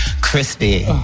Crispy